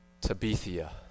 Tabitha